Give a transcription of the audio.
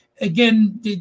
again